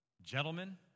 Gentlemen